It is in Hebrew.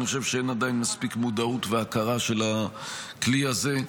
אני חושב שעדיין אין מספיק מודעות והכרה של הכלי הזה,